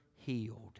healed